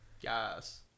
Yes